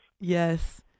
Yes